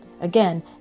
Again